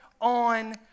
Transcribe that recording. on